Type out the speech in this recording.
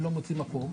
אם לא מוצאים מקום,